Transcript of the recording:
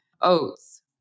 Oats